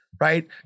right